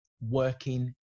working